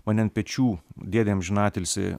mane ant pečių dėdė amžinatilsį